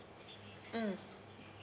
mm